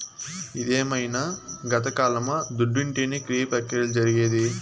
ఇదేమైన గతకాలమా దుడ్డుంటేనే క్రియ ప్రక్రియలు జరిగేది